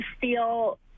feel